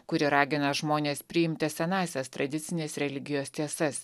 kuri ragina žmones priimti senąsias tradicinės religijos tiesas